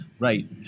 Right